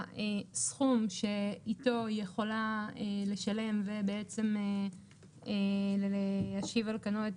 הסכום שאיתו היא יכולה לשלם ובעצם להשיב על כנו את